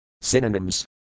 Synonyms